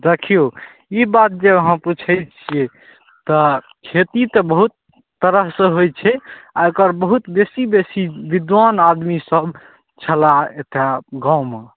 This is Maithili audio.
देखियौ ई बात जे अहाँ पुछय छियै तऽ खेती तऽ बहुत तरहसँ होइ छै आओर एकर बहुत बेसी बेसी विद्वान आदमी सब छलाह एक टा गाँवमे